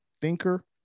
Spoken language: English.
thinker